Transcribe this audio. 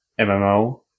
MMO